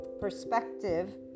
perspective